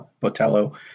Botello